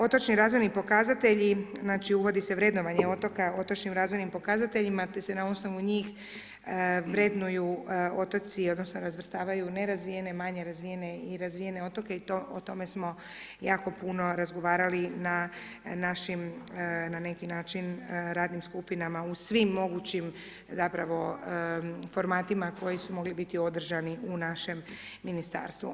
Otočni razvojni pokazatelji, znači, uvodi se vrednovanje otoka, otočnim razvojnim pokazateljima, te se na osnovu njih vrednuju otoci odnosno razvrstavaju u nerazvijene, manje razvijene i razvijene otoke, i o tome smo jako puno razgovarali na našim, na neki način, radnim skupinama, u svim mogućim zapravo formatima koji su mogli biti održani u našem Ministarstvu.